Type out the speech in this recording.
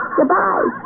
Goodbye